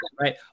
right